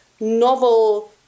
novel